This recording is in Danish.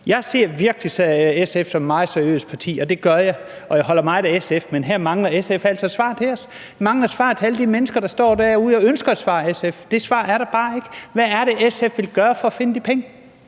Jeg ser virkelig SF som et meget seriøst parti, det gør jeg, og jeg holder meget af SF, men her mangler SF altså et svar til os. De mangler at give et svar til alle de mennesker, der står derude og ønsker et svar fra SF. Det svar er der bare ikke. Hvad er det, SF vil gøre for at finde de penge?